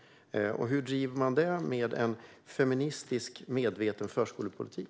Hur går det ihop med en feministiskt medveten förskolepolitik?